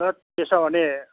थेत त्यसो हो भने